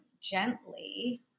gently